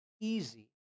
easy